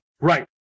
Right